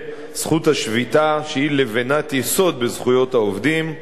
זכות השביתה, שהיא לבנת יסוד בזכויות העובדים,